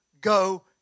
go